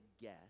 guess